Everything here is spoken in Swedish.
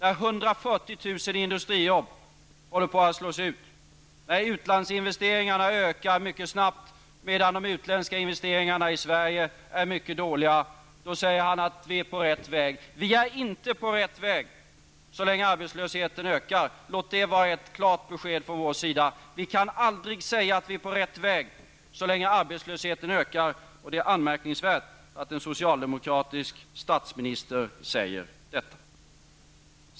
När 140 000 industrijobb håller på att slås ut och utlandsinvesteringarna ökar mycket snabbt medan de utländska investeringarna i Sverige är mycket dåliga, säger han att vi är på rätt väg. Vi är inte på rätt väg så länge arbetslösheten ökar. Låt det vara ett klart besked från vår sida. Vi kan aldrig säga att vi är på rätt väg så länge arbetslösheten ökar. Det är anmärkningsvärt att en socialdemokratisk statsminister säger detta.